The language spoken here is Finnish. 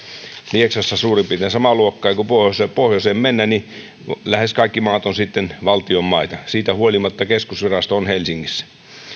lieksassa suurin piirtein samaa luokkaa ja kun pohjoiseen mennään niin lähes kaikki maat ovat sitten valtion maita siitä huolimatta keskusvirasto on helsingissä